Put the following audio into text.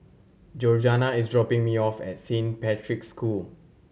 Georganna is dropping me off at Saint Patrick's School